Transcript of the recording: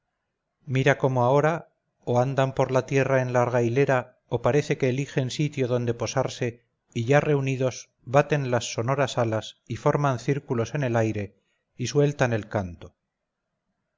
mira cómo ahora o andan por la tierra en larga hilera o parece que eligen sitio donde posarse y ya reunidos baten las sonoras alas y forman círculos en el aire y sueltan el canto